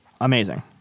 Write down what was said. Amazing